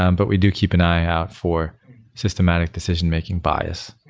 um but we do keep an eye out for systematic decision-making bias.